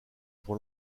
pour